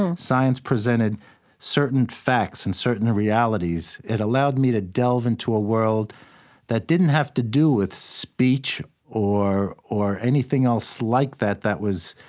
and science presented certain facts and certain realities. it allowed me to delve into a world that didn't have to do with speech or or anything else like that, that was